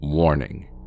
Warning